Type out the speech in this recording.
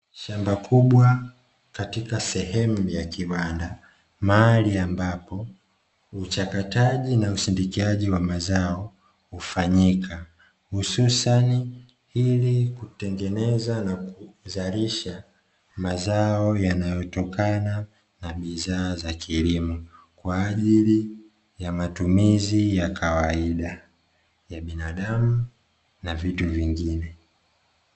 Shamba kubwa katika sehemu ya kibanda mahali ambapo uchakataji na usindikaji wa mazao hufanyika hususani ili kutengeneza na kuzalisha mazao yanayotokana na bidhaa za kilimo kwa ajili ya matumizi ya kawaida ya binadamu na vitu vingine.